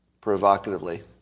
provocatively